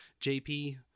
JP